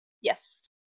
Yes